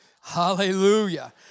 Hallelujah